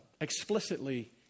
explicitly